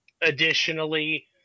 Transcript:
Additionally